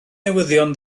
newyddion